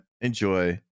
Enjoy